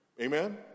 Amen